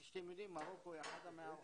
כפי שאתם יודעים, מרוקו היא אחת המארחות,